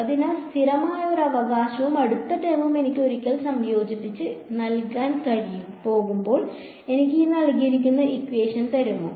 അതിനാൽ സ്ഥിരമായ ഒരു അവകാശവും അടുത്ത ടേമും എനിക്ക് ഒരിക്കൽ സംയോജിപ്പിച്ച് നൽകാൻ പോകുമ്പോൾ എനിക്ക് തരുമോ